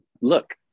look